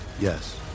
Yes